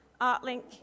Artlink